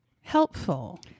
helpful